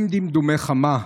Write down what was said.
עם דמדומי חמה,